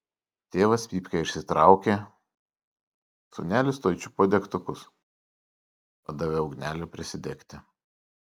tėvas pypkę išsitraukė sūnelis tuoj čiupo degtukus padavė ugnelę prisidegti